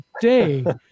day